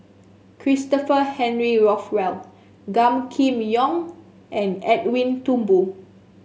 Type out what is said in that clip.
Christopher Henry Rothwell Gan Kim Yong and Edwin Thumboo